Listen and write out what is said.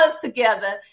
together